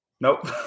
Nope